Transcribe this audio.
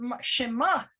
Shema